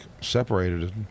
separated